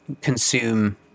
consume